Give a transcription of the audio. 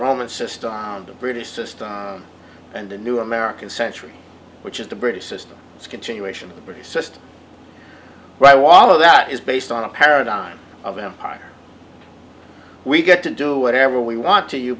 roman system and the british system and the new american century which is the british system it's a continuation of the british system right wallow that is based on a paradigm of empire we get to do whatever we want to you